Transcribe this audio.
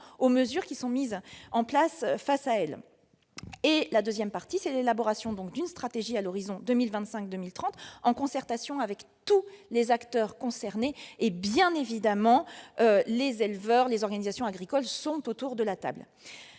aux mesures mises en place face à lui. Ensuite, il y a l'élaboration d'une stratégie à l'horizon 2025-2030, en concertation avec tous les acteurs concernés. Bien évidemment, les éleveurs et les organisations agricoles sont autour de la table.